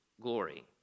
glory